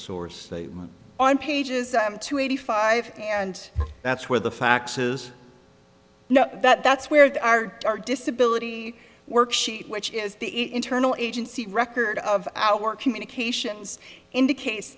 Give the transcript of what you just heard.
source on pages to eighty five and that's where the faxes know that that's where the r r disability work sheet which is the internal agency record of our communications indicates